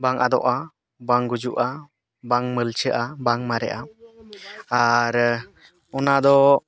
ᱵᱟᱝ ᱟᱫᱚᱜᱼᱟ ᱵᱟᱝ ᱜᱩᱡᱩᱜᱼᱟ ᱵᱟᱝ ᱢᱟᱹᱞᱪᱷᱟᱹᱜᱼᱟ ᱵᱟᱝ ᱢᱟᱨᱮᱜᱼᱟ ᱟᱨ ᱚᱱᱟ ᱫᱚ